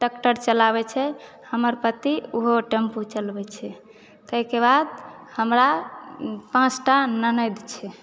tractor चलाबैत छै हमर पति ओहो टेम्पू चलबैत छै ताहिके बाद हमरा पाँचटा ननदि छै